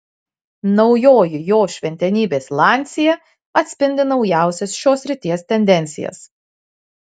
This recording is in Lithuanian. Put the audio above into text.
naujoji jo šventenybės lancia atspindi naujausias šios srities tendencijas